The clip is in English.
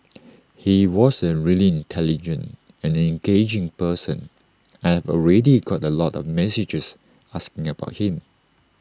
he was an really intelligent and engaging person I have already got A lot of messages asking about him